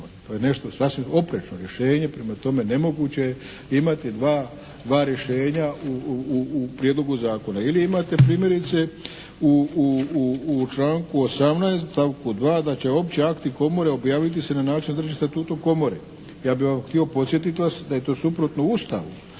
To je nešto sasvim oprečno rješenje. Prema tome, nemoguće je imati dva rješenja u prijedlogu zakona. Ili imate primjerice u članku 18. stavku 2. da će opći akti komore objaviti se na način …/Govornik se ne razumije./… statutu komore. Ja bi vam htio podsjetiti vas da je to suprotno Ustavu.